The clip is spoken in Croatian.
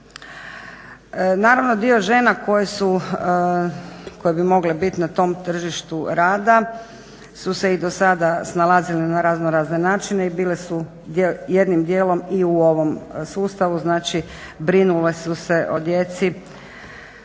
Naravno, dio žena koje bi mogle biti na tom tržištu rada su se i do sada snalazile na raznorazne načine i bile su jednim dijelom i u ovom sustavu, znači brinule su se o djeci